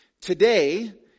Today